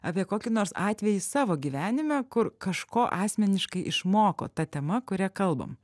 apie kokį nors atvejį savo gyvenime kur kažko asmeniškai išmoko ta tema kuria kalbam